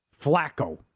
Flacco